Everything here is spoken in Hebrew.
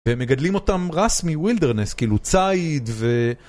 ומגדלים אותם רס מווילדרנס, כאילו צייד ו...